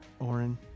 Oren